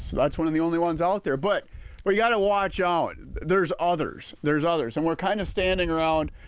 so that's one of the only ones out there but but we got to watch out. there's others there's others and we are kind of standing around,